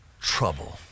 Trouble